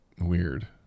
weird